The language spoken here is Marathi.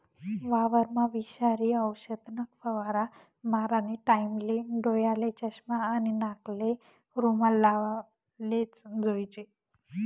वावरमा विषारी औषधना फवारा मारानी टाईमले डोयाले चष्मा आणि नाकले रुमाल लावलेच जोईजे